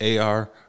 AR